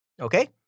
Okay